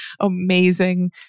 amazing